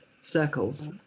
circles